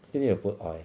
still need to put oil